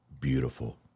beautiful